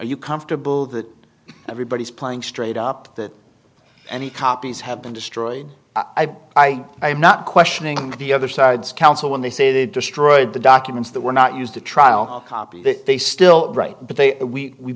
you comfortable that everybody's playing straight up that any copies have been destroyed i am not questioning the other side's counsel when they say they destroyed the documents that were not used the trial copy that they still write but they we